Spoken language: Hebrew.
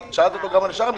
שאלתי אותו גם על שאר המשרדים.